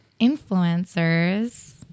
influencers